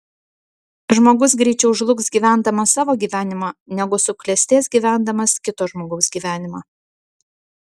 žmogus greičiau žlugs gyvendamas savo gyvenimą negu suklestės gyvendamas kito žmogaus gyvenimą